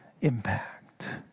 impact